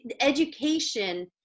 education